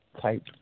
type